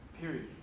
Period